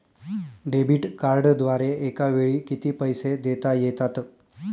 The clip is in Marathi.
डेबिट कार्डद्वारे एकावेळी किती पैसे देता येतात?